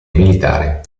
militare